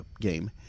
game